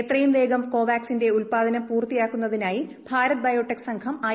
എത്രയും വേഗം കോവാക്സിന്റെ ഉത്പാദനം പൂർത്തിയാക്കുന്നതിനായി ഭാരത് ബയോടെക് സംഘം ഐ